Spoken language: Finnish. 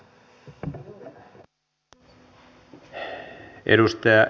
arvoisa puhemies